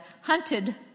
hunted